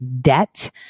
debt